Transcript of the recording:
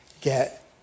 get